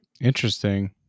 interesting